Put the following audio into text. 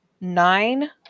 nine